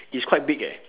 it's quite big eh